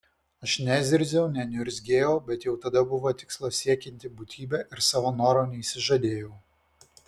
aš nezirziau neniurzgėjau bet jau tada buvau tikslo siekianti būtybė ir savo noro neišsižadėjau